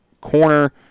corner